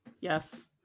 Yes